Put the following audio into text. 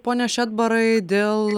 pone šedbarai dėl